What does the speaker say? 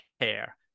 care